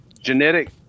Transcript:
genetic